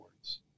words